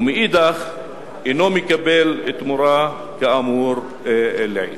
הוא אינו מקבל תמורה כאמור לעיל.